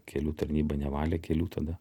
kelių tarnyba nevalė kelių tada